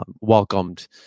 welcomed